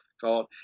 called